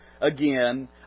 again